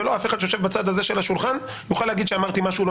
ולא אף אחד שיושב בצד הזה של השולחן יוכל להגיד שאמרתי משהו לא